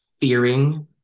fearing